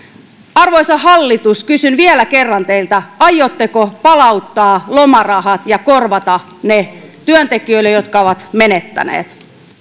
arvoisa hallitus kysyn vielä kerran teiltä aiotteko palauttaa lomarahat ja korvata ne työntekijöille jotka ovat ne menettäneet